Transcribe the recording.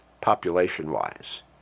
population-wise